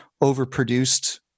overproduced